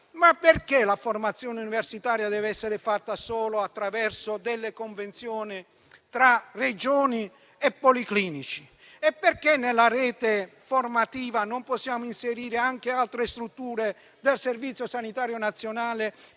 perché la formazione universitaria debba essere realizzata solo attraverso delle convenzioni tra Regioni e policlinici e perché nella rete formativa non possiamo inserire anche altre strutture del Servizio sanitario nazionale